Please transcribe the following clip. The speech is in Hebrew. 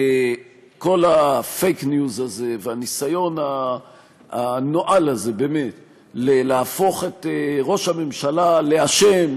כל ה"פייק ניוז" הזה והניסיון הנואל הזה באמת להפוך את ראש הממשלה לאשם,